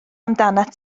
amdanat